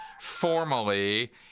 formally